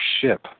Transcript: ship